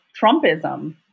Trumpism